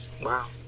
Wow